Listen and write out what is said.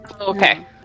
Okay